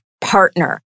partner